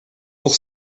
pour